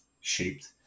shaped